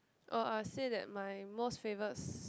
oh I'll say that my most favourite s~